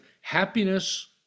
happiness